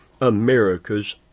America's